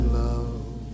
love